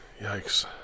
Yikes